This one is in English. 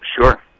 Sure